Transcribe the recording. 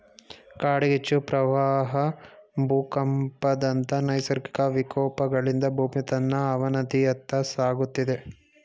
ಕಾಡ್ಗಿಚ್ಚು, ಪ್ರವಾಹ ಭೂಕಂಪದಂತ ನೈಸರ್ಗಿಕ ವಿಕೋಪಗಳಿಂದ ಭೂಮಿ ತನ್ನ ಅವನತಿಯತ್ತ ಸಾಗುತ್ತಿದೆ